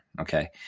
Okay